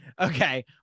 Okay